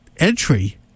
Entry